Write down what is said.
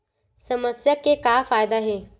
समस्या के का फ़ायदा हे?